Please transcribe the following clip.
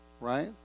Right